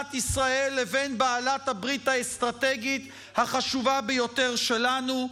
מדינת ישראל לבין בעלת הברית האסטרטגית החשובה ביותר שלנו.